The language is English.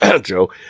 Joe